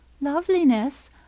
Loveliness